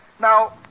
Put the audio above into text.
Now